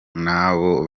n’abo